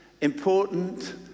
important